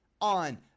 on